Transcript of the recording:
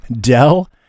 Dell